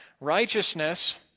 Righteousness